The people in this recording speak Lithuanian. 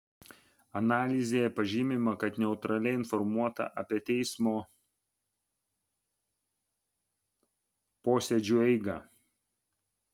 analizėje pažymima kad neutraliai informuota apie teismo posėdžių eigą